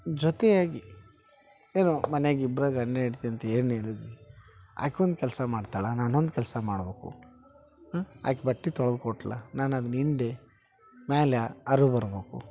ಜೊತೆಯಾಗಿ ಏನು ಮನೆಯಾಗ ಇಬ್ರು ಗಂಡ ಹೆಂಡ್ತಿ ಅಂತ ಏನು ಹೇಳೀನಿ ಆಕೆ ಒಂದು ಕೆಲಸ ಮಾಡ್ತಾಳೆ ನಾನೊಂದು ಕೆಲಸ ಮಾಡ್ಬೇಕು ಆಕೆ ಬಟ್ಟೆ ತೊಳ್ದು ಕೊಟ್ಳು ನಾನು ಅದನ್ನ ಹಿಂಡಿ ಮ್ಯಾಲೆ ಹರವ್ ಬರ್ಬೇಕು